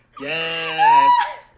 Yes